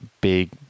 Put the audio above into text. big